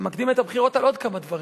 אתה מקדים את הבחירות על עוד כמה דברים.